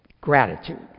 gratitude